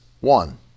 one